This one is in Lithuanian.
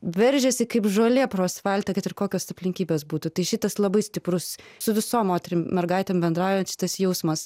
veržiasi kaip žolė pro asfaltą kad ir kokios aplinkybės būtų tai šitas labai stiprus su visom moterim mergaitėm bendraujant šitas jausmas